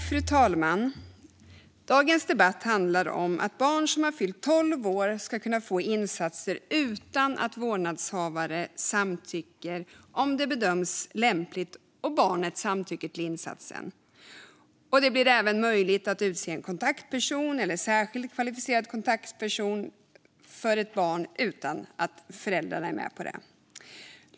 Fru talman! Dagens debatt handlar om att barn som har fyllt tolv år ska kunna få insatser utan att vårdnadshavare samtycker om det bedöms lämpligt och barnet samtycker till insatsen. Det blir även möjligt att utse en kontaktperson eller en särskilt kvalificerad kontaktperson för ett barn utan att föräldrarna är med på det.